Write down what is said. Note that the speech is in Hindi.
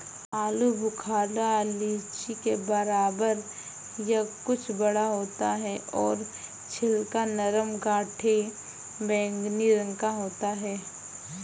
आलू बुखारा लीची के बराबर या कुछ बड़ा होता है और छिलका नरम गाढ़े बैंगनी रंग का होता है